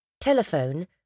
Telephone